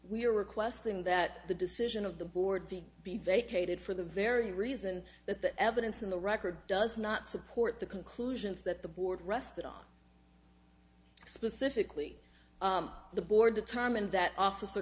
are requesting that the decision of the board think be vacated for the very reason that the evidence in the record does not support the conclusions that the board rested on specifically the board determined that officer